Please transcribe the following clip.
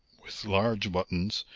with large buttons,